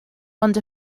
ond